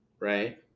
Right